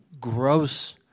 gross